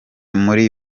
muri